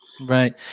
Right